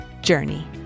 journey